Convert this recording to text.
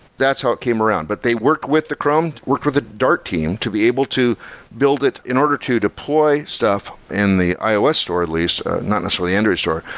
that's how it came around. but they worked with the chrome, worked with the dart team to be able to build it in order to deploy stuff in the ios store at least, not necessarily android store,